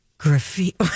Graffiti